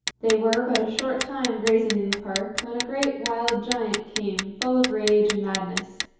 they were but a short time grazing in the park when a great wild giant came full of rage and madness.